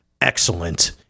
excellent